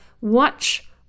watch